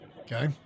Okay